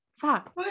fuck